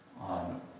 on